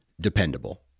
dependable